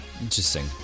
interesting